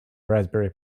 raspberry